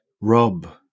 Rob